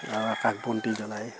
আকাশ বন্তি জ্বলায়